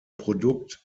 produkt